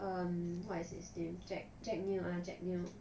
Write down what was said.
um what is his name jack jack neo ah jack neo